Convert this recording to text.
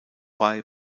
bei